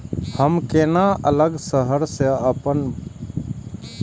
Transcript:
हम केना अलग शहर से अपन बहिन के पैसा भेज सकब?